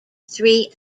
three